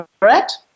correct